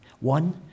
One